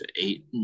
eight